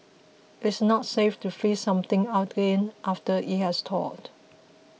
it is not safe to freeze something again after it has thawed